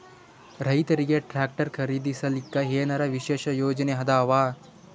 ರೈತರಿಗೆ ಟ್ರಾಕ್ಟರ್ ಖರೀದಿಸಲಿಕ್ಕ ಏನರ ವಿಶೇಷ ಯೋಜನೆ ಇದಾವ?